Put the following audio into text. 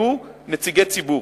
יהיו נציגי ציבור.